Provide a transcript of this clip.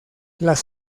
las